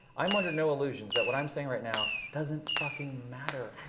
i'm under no illusions that what i'm saying right now doesn't fucking matter.